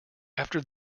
after